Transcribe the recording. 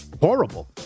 Horrible